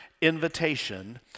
invitation